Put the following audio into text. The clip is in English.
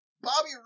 Bobby